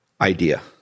idea